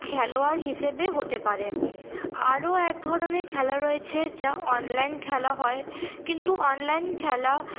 খেলোয়াড় হিসেবে হতে পারে আরও এক ধরনের খেলা রয়েছে যা অনলাইন খেলা হয় কিন্তু অনলাইন খেলা